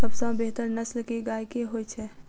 सबसँ बेहतर नस्ल केँ गाय केँ होइ छै?